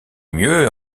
mieux